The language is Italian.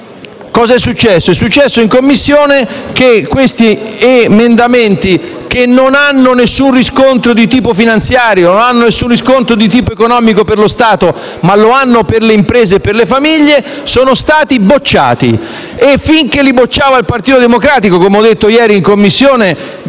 cosa è successo? In Commissione questi emendamenti, che non hanno nessun riscontro di tipo finanziario né di tipo economico per lo Stato, ma lo hanno per le imprese e per le famiglie, sono stati bocciati. E finché li bocciava il Partito Democratico, come ho detto ieri in Commissione,